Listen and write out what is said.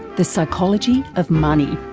the psychology of money.